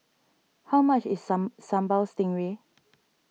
how much is Sam Sambal Stingray